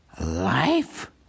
life